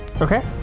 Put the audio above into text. Okay